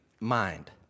mind